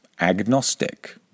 agnostic